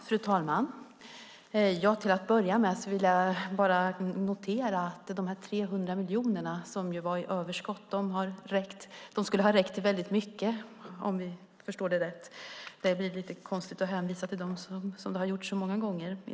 Fru talman! Jag noterar att de 300 miljoner som fanns i överskott skulle ha räckt till mycket. Det blir lite konstigt när man hänvisar till dem så många gånger.